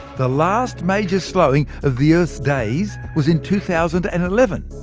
the last major slowing of the earth's days was in two thousand and eleven.